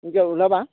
সিনকে ওলাবা